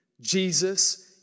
Jesus